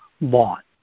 bought